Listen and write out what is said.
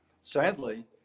sadly